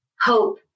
hope